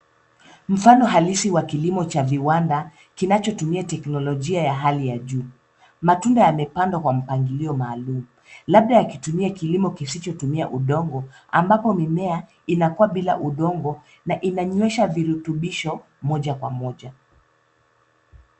Mfano halisi wa kilimo cha viwanda, kinachotumia teknolojia ya hali ya juu. Matunda yamepandwa kwa mpangilio maalumu, labda yakitumia kilimo kisichotumia udongo, ambapo mimea inakua bila udongo na inanywesha virutubisho moja kwa moja.